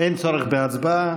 אין צורך בהצבעה,